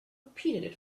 repeated